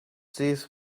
this